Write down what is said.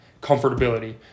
comfortability